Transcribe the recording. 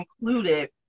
included